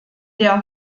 der